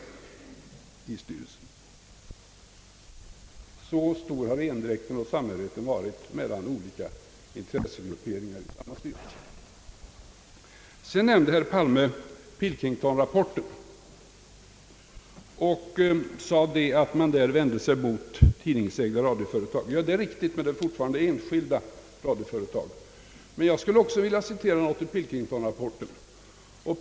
Så stor har endräkten och samhörigheten varit mellan olika intressegrupperingar i samma styrelse. Herr Palme nämnde också Pilkingtonrapporten. Han sade att den vänt sig mot tidningsägda radioföretag. Det är riktigt, men det gäller fortfarande enskilda tidningsföretag. Jag skulle också vilja citera något ur Pilkingtonrapporten.